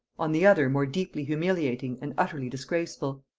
on the other more deeply humiliating and utterly disgraceful.